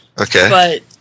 Okay